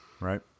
Right